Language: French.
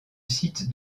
site